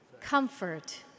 Comfort